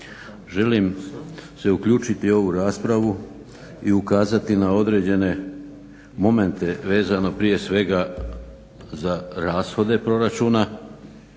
Želim se uključiti u ovu raspravu i ukazati na određene momente vezano prije svega za rashode proračuna